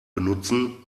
benutzen